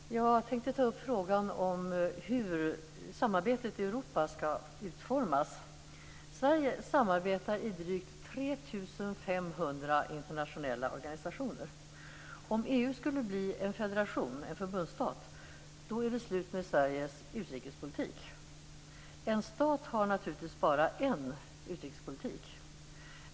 Fru talman! Jag tänkte ta upp frågan om hur samarbetet i Europa skall utformas. Sverige samarbetar i drygt 3 500 internationella organisationer. Om EU skulle bli en federation, en förbundsstat, är det slut med Sveriges utrikespolitik. En stat har naturligtvis bara en utrikespolitik.